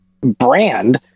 brand